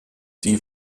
die